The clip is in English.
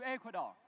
Ecuador